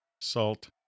salt